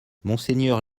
monseigneur